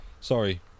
Sorry